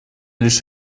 лишь